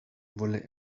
wolle